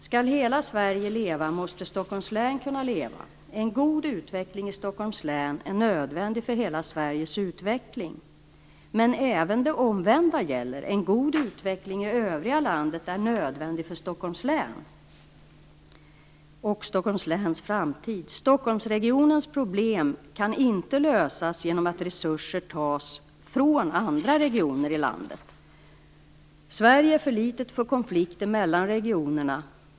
Skall hela Sverige leva måste Stockholms län kunna leva. En god utveckling i Stockholms län är nödvändig för hela Sveriges utveckling. Men även det omvända gäller: En god utveckling i övriga landet är nödvändig för Stockholms läns framtid. Stockholmsregionens problem kan inte lösas genom att resurser tas från andra regioner i landet. Sverige är för litet för konflikter mellan regionerna.